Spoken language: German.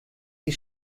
sie